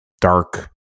dark